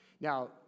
Now